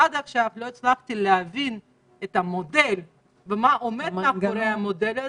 עד עכשיו לא הצלחתי להבין את המודל ומה שעומד מאחוריו,